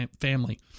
family